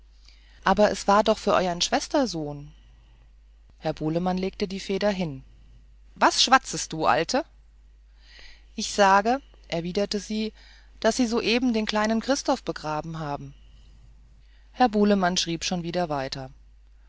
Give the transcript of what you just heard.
gebimmel es war aber doch für euern schwestersohn herr bulemann legte die feder hin was schwatzest du alte ich sage erwiderte sie daß sie soeben den kleinen christoph begraben haben herr bulemann schrieb schon wieder weiter